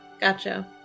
Gotcha